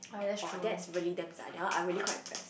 !wah! that is very damns ah that one I really quite impressed